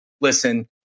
listen